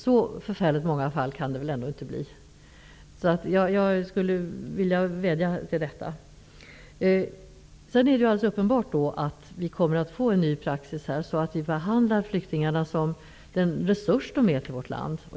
Så förfärligt många skenförhållanden kan det väl inte röra sig om. Jag vädjar i dessa fall. Det är uppenbart att vi kommer att få en ny praxis så att flyktingarna kommer att behandlas såsom den resurs de utgör för vårt land.